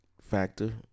factor